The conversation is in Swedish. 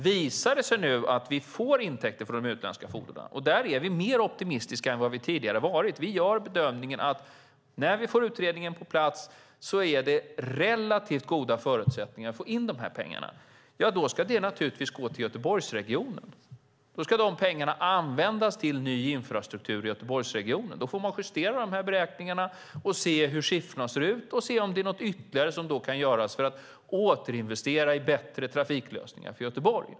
Visar det sig nu att vi får intäkter från de utländska fordonen - där är vi mer optimistiska än vad vi tidigare har varit och gör bedömningen att när vi får utredningen på plats är det relativt goda förutsättningar att få in de här pengarna - ska de naturligtvis gå till Göteborgsregionen. Då ska pengarna användas till ny infrastruktur i Göteborgsregionen. Då får man justera beräkningarna, se hur siffrorna ser ut och se om det är något ytterligare som kan göras för att återinvestera i bättre trafiklösningar för Göteborg.